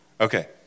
Okay